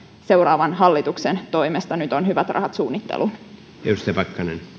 seuraavan hallituksen toimesta nyt on hyvät rahat suunnitteluun